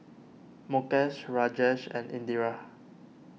Mukesh Rajesh and Indira